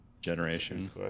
generation